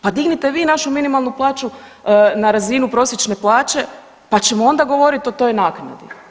Pa dignite vi našu minimalnu plaću na razinu prosječne plaće pa ćemo onda govoriti o toj naknadi.